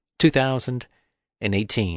2018